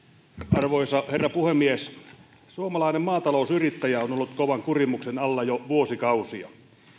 arvoisa herra puhemies suomalainen maatalousyrittäjä on ollut kovan kurimuksen alla jo vuosikausia